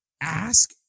ask